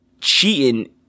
cheating